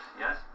Yes